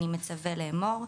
אני מצווה לאמור: